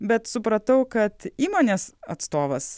bet supratau kad įmonės atstovas